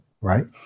right